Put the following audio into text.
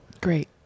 great